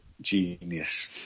genius